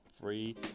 free